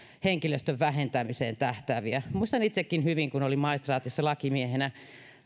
henkilöstön vähentämiseen tähtääviä muistan itsekin hyvin kun olin maistraatissa lakimiehenä